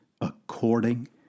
according